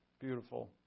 Beautiful